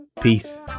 Peace